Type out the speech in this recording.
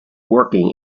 working